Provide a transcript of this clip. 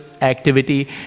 activity